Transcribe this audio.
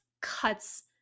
cuts